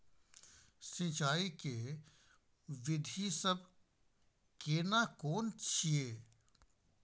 सिंचाई के विधी सब केना कोन छिये?